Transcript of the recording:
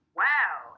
wow